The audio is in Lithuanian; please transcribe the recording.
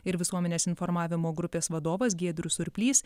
ir visuomenės informavimo grupės vadovas giedrius surplys